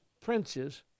princes